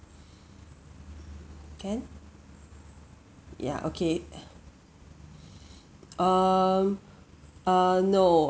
can ya okay um err no